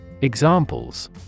Examples